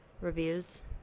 reviews